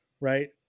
right